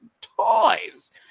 toys